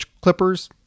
clippers